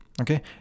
Okay